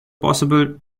possible